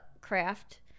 craft